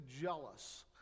jealous